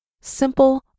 simple